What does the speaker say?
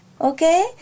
okay